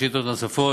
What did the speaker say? שאלות נוספות.